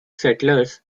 settlers